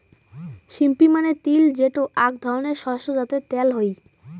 sesame মানে তিল যেটো আক ধরণের শস্য যাতে ত্যাল হই